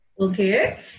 Okay